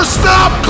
stop